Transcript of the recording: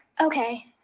Okay